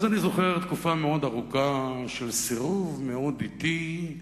אז אני זוכר תקופה מאוד ארוכה של סירוב מאוד אטי,